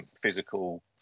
physical